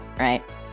right